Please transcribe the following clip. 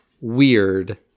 Weird